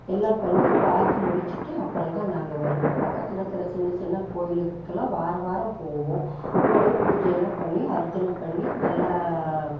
எல்லாம் பண்ணி பார்த்து முடிச்சுட்டு அப்புறந்தான் நாங்கள் வருவோம் பக்கத்தில் இருக்கிற சின்ன சின்ன கோவிலுக்குல்லாம் வாரம் வாரம் போவோம் போய் பூஜை எல்லாம் பண்ணி அர்ச்சனை பண்ணி நல்லா